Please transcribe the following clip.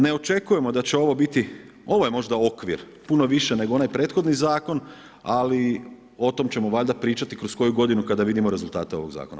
Ne očekujemo da će ovo biti, ovo je možda okvir, puno više, nego onaj prethodni zakon, ali o tome ćemo valjda pričati kroz koju g. kada vidimo rezultate ovog zakona.